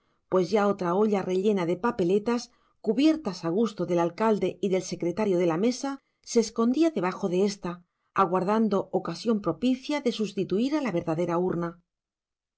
pues ya otra olla rellena de papeletas cubiertas a gusto del alcalde y del secretario de la mesa se escondía debajo de ésta aguardando ocasión propicia de sustituir a la verdadera urna